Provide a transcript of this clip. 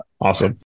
Awesome